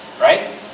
right